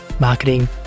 marketing